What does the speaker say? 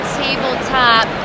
tabletop